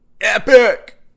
epic